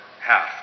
Half